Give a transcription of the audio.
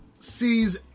sees